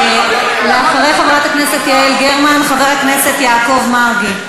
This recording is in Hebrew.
אחרי חברת הכנסת יעל גרמן, חבר הכנסת יעקב מרגי.